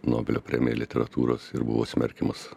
nobelio premiją literatūros ir buvo smerkiamas